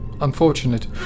Unfortunate